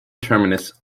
terminus